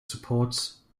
supports